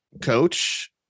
coach